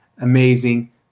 amazing